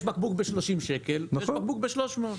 יש בקבוק ב-30 שקל ויש בקבוק ב-300.